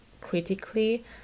critically